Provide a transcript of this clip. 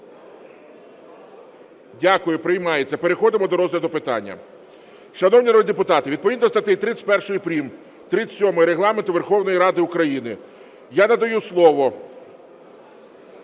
Дякую, приймається. Переходимо до розгляду питання. Шановні народні депутати, відповідно до статей 31 прим., 37-ї Регламенту Верховної Ради України, я надаю слово